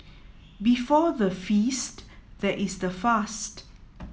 before the feast there is the fast